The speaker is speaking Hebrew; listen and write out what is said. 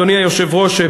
אדוני היושב-ראש,